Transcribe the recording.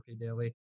daily